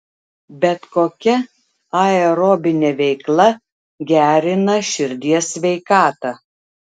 bet kokia aerobinė veikla gerina širdies sveikatą